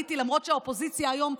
ועליתי למרות שהאופוזיציה היום,